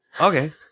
Okay